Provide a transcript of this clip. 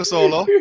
Solo